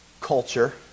culture